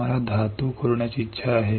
आम्हाला धातू खोदण्याची इच्छा आहे